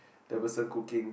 there was a cooking